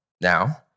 Now